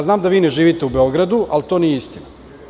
Znam da vi ne živite u Beogradu, ali to nije istina.